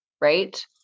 right